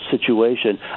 situation